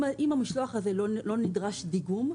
אם למשלוח לא נדרש דיגום,